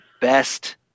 best